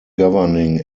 governing